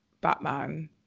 Batman